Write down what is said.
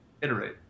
iterate